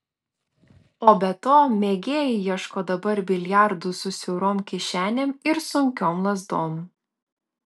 o be to mėgėjai ieško dabar biliardų su siaurom kišenėm ir sunkiom lazdom